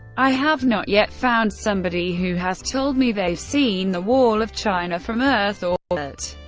i have not yet found somebody who has told me they've seen the wall of china from earth orbit.